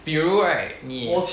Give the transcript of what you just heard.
比如 right 你